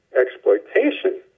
exploitation